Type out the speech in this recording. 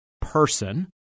person